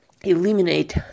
eliminate